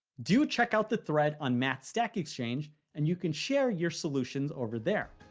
do check out the thread on math stackexchange and you can share your solutions over there.